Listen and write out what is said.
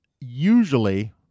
usually